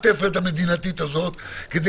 אני רוצה את המעטפת המדינתית הזו כדי